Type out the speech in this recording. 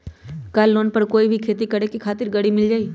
का लोन पर कोई भी खेती करें खातिर गरी मिल जाइ?